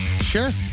Sure